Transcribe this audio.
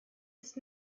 ist